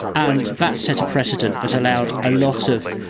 and that set a precedent that allowed a lot of,